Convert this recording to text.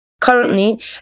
Currently